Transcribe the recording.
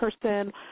person